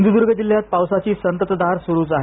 सिंधुद्र्ग जिल्ह्यात पावसाची संततधार सुरूच आहे